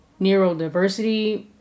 neurodiversity